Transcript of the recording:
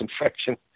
infection